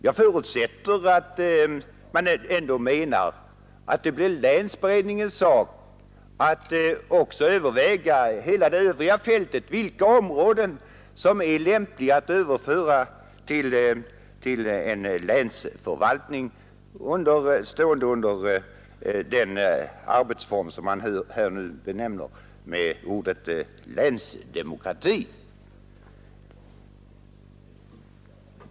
Jag förutsätter att man ändå menar att det får bli länsberedningens uppgift att överväga på vilka områden inom hela det övriga fältet som det är lämpligt att införa den arbetsform som man nu betecknar som länsdemokrati.